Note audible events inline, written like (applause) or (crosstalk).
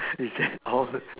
(laughs) it' that all